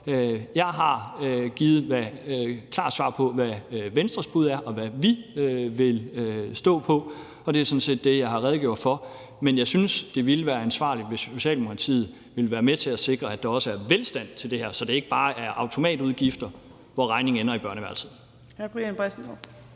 Jeg har givet et klart svar på, hvad Venstres bud er, og hvad vi vil stå på, og det er sådan set det, jeg har redegjort for. Men jeg synes, at det ville være ansvarligt, hvis Socialdemokratiet ville være med til at sikre, at der også er velstand til det her, så der ikke bare er tale om automatudgifter, hvor regningen ender i børneværelset. Kl. 11:52 Tredje